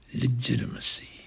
Legitimacy